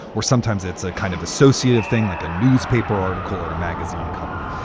or sometimes it's a kind of associative thing, like a newspaper article or a magazine cover.